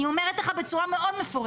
אני אומרת לך בצורה מ אוד מפורשת.